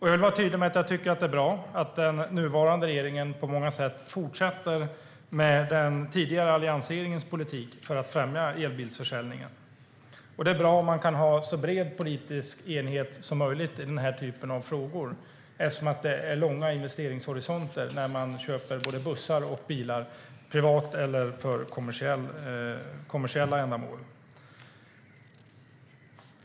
Jag vill vara tydlig med att jag tycker att det är bra att den nuvarande regeringen på många sätt fortsätter med alliansregeringens politik för att främja elbilsförsäljningen. Det är bra om man kan ha så bred politisk enighet som möjligt i den här typen av frågor, eftersom det är långa investeringshorisonter när man köper både bussar och bilar, privat eller för kommersiella ändamål.